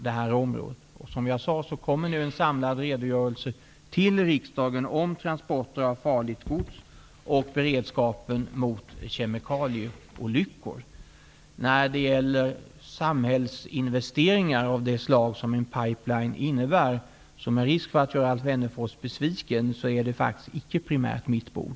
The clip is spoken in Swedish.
En samlad redogörelse skall komma till riksdagen om transporter av farligt gods och beredskap mot kemikalieolyckor. Samhällsinvesteringar av det slag som en pipeline innebär är, med risk för att göra Alf Wennerfors besviken, faktiskt inte primärt mitt bord.